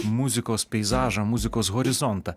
muzikos peizažą muzikos horizontą